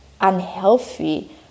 unhealthy